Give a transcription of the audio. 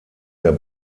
der